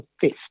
fist